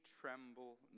tremble